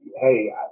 hey